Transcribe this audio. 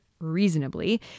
Reasonably